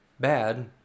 bad